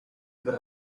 per